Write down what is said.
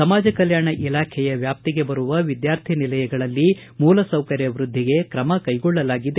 ಸಮಾಜ ಕಲ್ಯಾಣ ಇಲಾಖೆಯ ವ್ಯಾಪ್ತಿಗೆ ಬರುವ ವಿದ್ಯಾರ್ಥಿ ನಿಲಯಗಳಲ್ಲಿ ಮೂಲಸೌಕರ್ಯ ವೃದ್ದಿಗೆ ಕ್ರಮ ಕೈಗೊಳ್ಳಲಾಗಿದೆ